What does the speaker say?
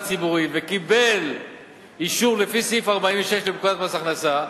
ציבורי" וקיבל אישור לפי סעיף 46 לפקודת מס הכנסה,